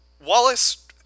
wallace